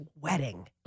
wedding